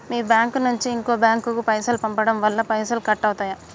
మీ bank నుంచి ఇంకో bank కు పైసలు పంపడం వల్ల పైసలు కట్ అవుతయా?